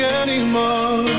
anymore